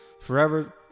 forever